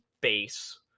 base